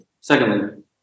Secondly